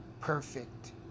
perfect